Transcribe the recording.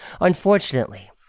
Unfortunately